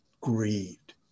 grieved